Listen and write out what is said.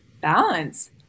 balance